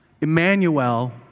Emmanuel